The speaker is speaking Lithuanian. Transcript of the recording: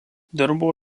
dirbo